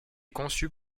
conçues